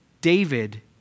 David